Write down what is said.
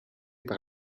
par